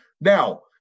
Now